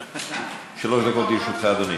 אדוני.